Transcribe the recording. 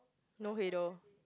no header